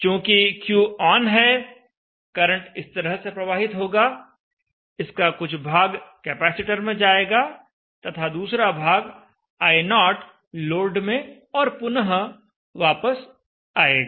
चूँकि Q on है current इस तरह से प्रवाहित होगा इसका कुछ भाग कैपेसिटर में जाएगा तथा दूसरा भाग I0 लोड में और पुनः वापस आएगा